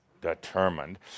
determined